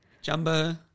Jumbo